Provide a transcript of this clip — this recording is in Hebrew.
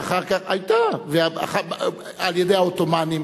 ואחר כך על-ידי העות'מאנים,